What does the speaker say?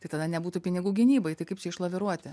tai tada nebūtų pinigų gynybai tai kaip čia išlaviruoti